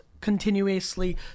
continuously